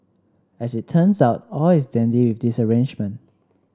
as it turns out all is dandy with this arrangement